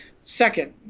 Second